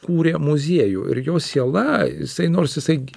kūrė muziejų ir jo siela jisai nors jisai